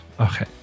Okay